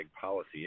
policy